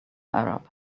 arab